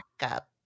backup